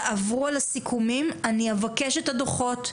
אני אבקש את הדוחות,